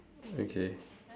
okay